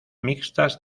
mixtas